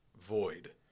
void